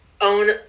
own